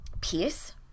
peace